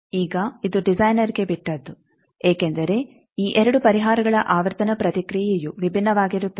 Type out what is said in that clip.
ಈಗ ಇದು ಡಿಸೈನರ್ಗೆ ಬಿಟ್ಟದ್ದು ಏಕೆಂದರೆ ಈ 2 ಪರಿಹಾರಗಳ ಆವರ್ತನ ಪ್ರತಿಕ್ರಿಯೆಯು ವಿಭಿನ್ನವಾಗಿರುತ್ತದೆ